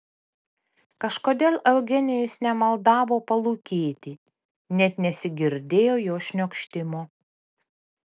kažkodėl eugenijus nemaldavo palūkėti net nesigirdėjo jo šniokštimo